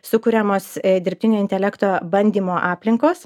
sukuriamos dirbtinio intelekto bandymo aplinkos